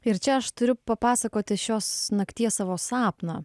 ir čia aš turiu papasakoti šios nakties savo sapną